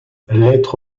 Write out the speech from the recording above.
lettre